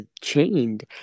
chained